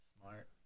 Smart